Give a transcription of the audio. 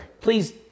please